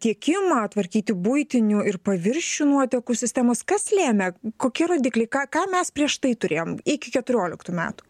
tiekimą tvarkyti buitinių ir paviršių nuotekų sistemas kas lėmė kokie rodikliai ką ką mes prieš tai turėjom iki keturioliktų metų